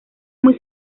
muy